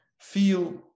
feel